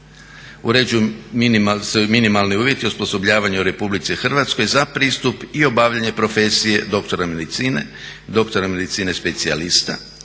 se minimalni uvjeti osposobljavanja u RH za pristup i obavljanje profesije doktora medicine, doktora medicine specijalista,